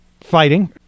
fighting